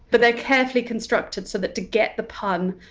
but they're carefully constructed so that to get the pun,